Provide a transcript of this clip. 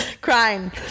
Crying